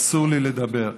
אסור לי לדבר.